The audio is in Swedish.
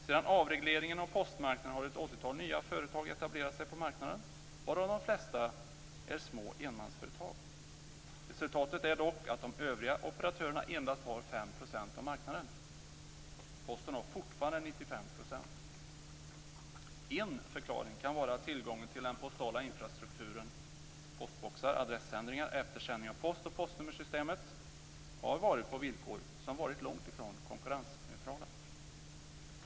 Sedan avregleringen av postmarknaden har ett åttiotal nya företag etablerat sig på marknaden, varav de flesta är små enmansföretag. Resultatet är dock att de övriga operatörerna endast har 5 % av marknaden. Posten har fortfarande 95 %. En förklaring kan vara att tillgången till den postala infrastrukturen - postboxar, adressändringar, eftersändning av post och postnummersystemet - har varit på villkor som varit långt ifrån konkurrensneutrala.